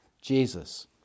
Jesus